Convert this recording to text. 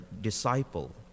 disciple